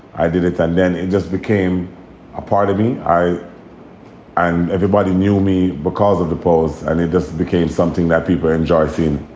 i did it. and then it just became a part of me. i and everybody knew me because of the polls and it just became something that people change our theme,